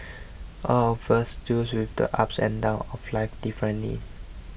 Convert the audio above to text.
all of us deal with the ups and downs of life differently